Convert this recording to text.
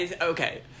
Okay